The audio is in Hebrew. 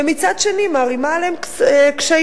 ומצד שני מערימה עליהן קשיים.